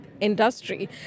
industry